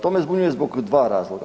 To me zbunjuje zbog dva razloga.